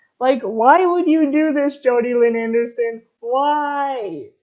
like why would you do this jodi lynn anderson? why?